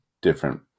different